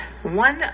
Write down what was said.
One